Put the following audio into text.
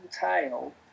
tail